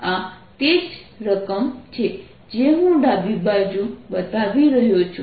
આ તે જ રકમ છે જે હું ડાબી બાજુ બતાવી રહ્યો છું